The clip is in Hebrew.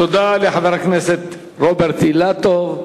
תודה רבה לחבר הכנסת רוברט אילטוב.